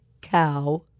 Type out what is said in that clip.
Cow